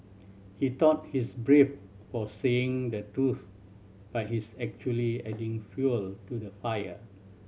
he thought he's brave for saying the truth but he's actually adding fuel to the fire